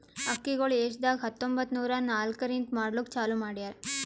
ಅಕ್ಕಿಗೊಳ್ ಏಷ್ಯಾದಾಗ್ ಹತ್ತೊಂಬತ್ತು ನೂರಾ ನಾಕರ್ಲಿಂತ್ ಮಾಡ್ಲುಕ್ ಚಾಲೂ ಮಾಡ್ಯಾರ್